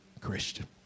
Christian